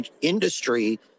industry